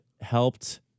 helped